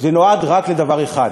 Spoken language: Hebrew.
נועדו רק לדבר אחד: